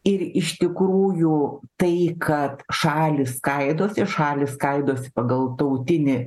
ir iš tikrųjų tai kad šalys skaidosi šalys skaidosi pagal tautinį